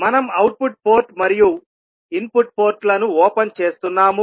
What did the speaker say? మనం output port మరియు input port ల ను ఓపెన్ చేస్తున్నాము